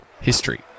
history